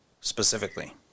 specifically